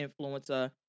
influencer